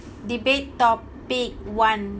debate topic one